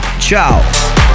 Ciao